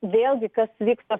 vėlgi kas vyksta